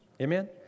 Amen